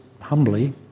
humbly